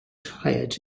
tired